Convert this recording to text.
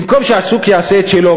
במקום שהשוק יעשה את שלו,